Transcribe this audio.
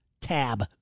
Tab